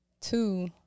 two